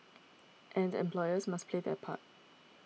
and employers must play their part